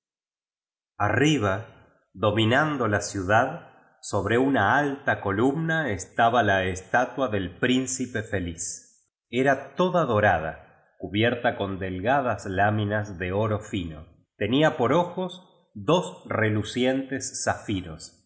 feliz hkiba domifumdo ciudad so bre una aüla columna estaba ía estatua del principe feliz era toda dorada cubierta con delga das láminas de oro fino tenia jjor ojos dos relucientes zafiros